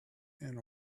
and